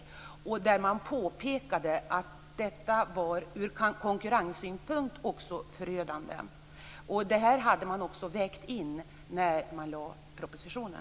Svenska petroliuminstitutet påpekade att detta var förödande också från konkurrenssynpunkt. Detta hade man också vägt in när man lade fram propositionen.